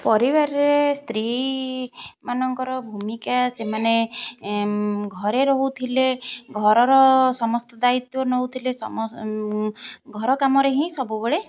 ପରିବାରରେ ସ୍ତ୍ରୀ ମାନଙ୍କର ଭୂମିକା ସେମାନେ ଘରେ ରହୁଥିଲେ ଘରର ସମସ୍ତ ଦାୟିତ୍ୱ ନଉଥିଲେ ଘର କାମରେ ହିଁ ସବୁବେଳେ